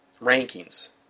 rankings